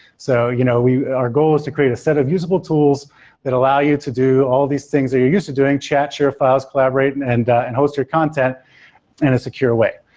so you know our goal is to create a set of usable tools that allow you to do all these things that you're used to doing chat, share files, collaborate and and and host your content in a secure way.